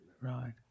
Right